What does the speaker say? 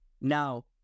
Now